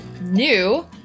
new